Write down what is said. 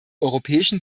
europäischen